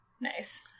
nice